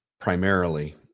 primarily